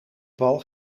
bal